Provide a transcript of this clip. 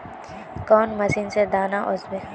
कौन मशीन से दाना ओसबे?